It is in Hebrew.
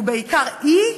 ובעיקר היא,